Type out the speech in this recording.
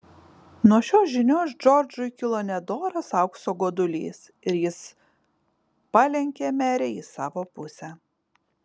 nuo šios žinios džordžui kilo nedoras aukso godulys ir jis palenkė merę į savo pusę